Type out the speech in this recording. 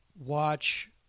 watch